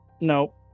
No